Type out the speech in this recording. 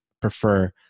prefer